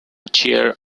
cheer